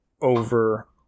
over